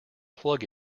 plug